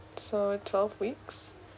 so twelve weeks